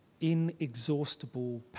inexhaustible